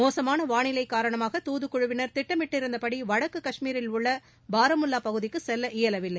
மோசமான வானிலை காரணமாக துதக்குழுவினர் திட்டமிட்டிருந்தபடி வடக்கு காஷ்மீரில் உள்ள பாராமுல்லா பகுதிக்கு செல்ல இயலவில்லை